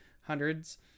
hundreds